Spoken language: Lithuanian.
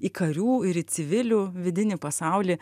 į karių ir civilių vidinį pasaulį